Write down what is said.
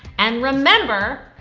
and remember,